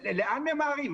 לאן ממהרים?